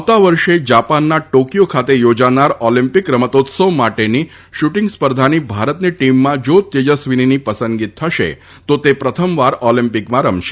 આવતા વર્ષે જાપાનના ટોકિયો ખાતે યોજાનાર ઓલિમ્પિક રમતોત્સવ માટેની શુટીંગ સ્પર્ધાની ભારતની ટીમમાં જો તેજસ્વીનીની પસંદગી થશે તો તે પ્રથમવાર ઓલિમ્પિકમાં રમશે